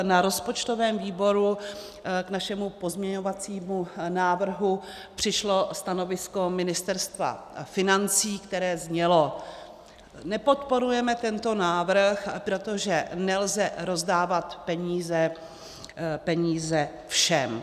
Na rozpočtovém výboru k našemu pozměňovacímu návrhu přišlo stanovisko Ministerstva financí, které znělo: Nepodporujeme tento návrh, protože nelze rozdávat peníze všem.